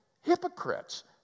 hypocrites